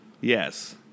Yes